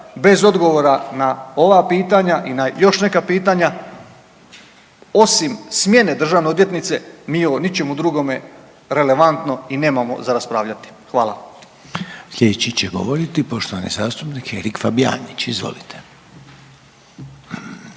bez odgovora na ova pitanja i na još neka pitanja, osim smjene državne odvjetnice mi o ničemu drugome relevantno i nemamo za raspravljati. Hvala. **Reiner, Željko (HDZ)** Sljedeći će govoriti poštovani zastupnik Erik Fabijanić. Izvolite.